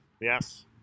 Yes